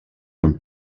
amb